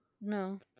no